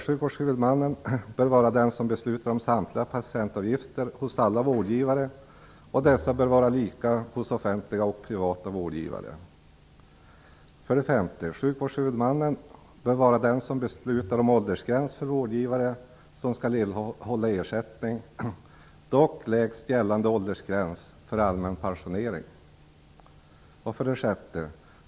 Sjukvårdshuvudmannen bör vara den som beslutar om samtliga patientavgifter hos alla vårdgivare, och dessa bör vara lika hos offentliga och privata vårdgivare. 5. Sjukvårdshuvudmannen bör vara den som beslutar om åldersgräns för vårdgivare som skall erhålla ersättning, dock lägst gällande åldersgräns för allmän pensionering. 6.